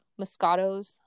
moscatos